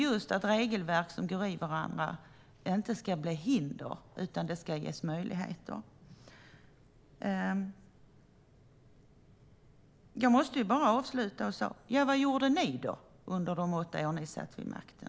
Just att regelverk som går i varandra inte ska bli hinder utan att det ska ges möjligheter är viktigt. Jag måste bara avsluta med att fråga: Vad gjorde ni under de åtta år då ni satt vid makten?